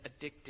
addictive